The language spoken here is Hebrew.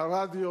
והרדיו,